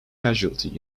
casualty